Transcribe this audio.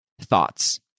thoughts